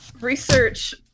Research